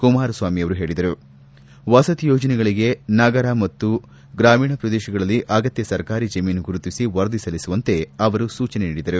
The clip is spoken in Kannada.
ಕುಮಾರಸ್ವಾಮಿ ವಸತಿಯೋಜನೆಗಳಿಗೆ ನಗರ ಮತ್ತು ಗ್ರಾಮೀಣ ಪ್ರದೇಶಗಳಲ್ಲಿ ಅಗತ್ಯ ಸರ್ಕಾರಿ ಜಮೀನು ಗುರುತಿಸಿ ವರದಿ ಸಲ್ಲಿಸುವಂತೆ ಸೂಚನೆ ನೀಡಿದರು